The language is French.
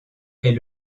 est